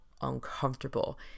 uncomfortable